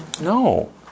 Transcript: No